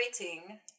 rating